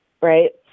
Right